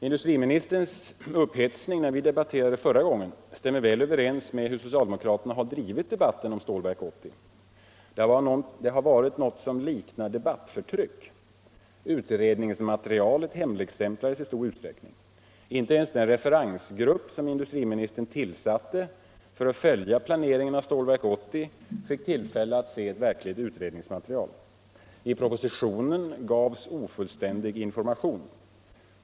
Industriministerns upphetsning när vi debatterade förra gången stämmer väl överens med hur socialdemokraterna har drivit-debatten om Stålverk 80. Det har varit något som liknat debattförtryck. Utredningsmaterialet hemligstämplades i stor utsträckning. Inte ens den referensgrupp som industriministern tillsatte för att följa planeringen av Stålverk 80 fick tillfälle att se ett verkligt utredningsmaterial. I propositionen gavs ofullständig information.